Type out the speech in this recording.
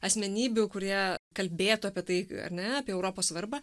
asmenybių kurie kalbėtų apie tai ar ne apie europos svarbą